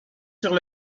sur